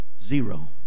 zero